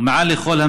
ומעל לכול,